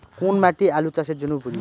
কোন মাটি আলু চাষের জন্যে উপযোগী?